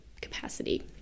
capacity